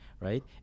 Right